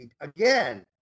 Again